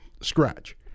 scratch